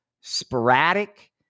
sporadic